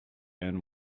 and